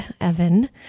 Evan